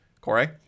Corey